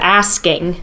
asking